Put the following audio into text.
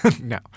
No